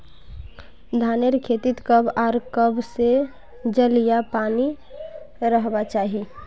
धानेर खेतीत कब आर कब से जल या पानी रहबा चही?